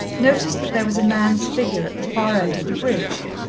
noticed that there was a man's figure at the far end of the bridge.